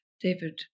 David